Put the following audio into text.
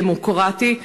דמוקרטי,